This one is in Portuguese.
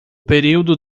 período